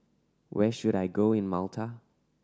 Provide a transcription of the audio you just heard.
where should I go in Malta